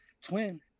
Twin